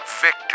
Victor